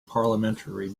parliamentary